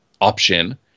option